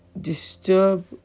disturb